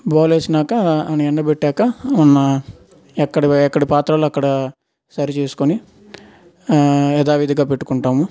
బోర్ల వేసాక అని ఎండబెట్టాక ఎక్కడివి ఎక్కడ పాత్రలు అక్కడ సరిచేసుకుని యదావిధిగా పెట్టుకుంటాము